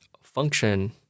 function